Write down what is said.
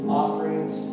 offerings